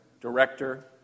director